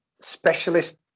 specialist